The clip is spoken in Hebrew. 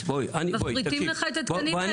מפריטים לך את התקנים,